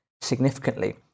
significantly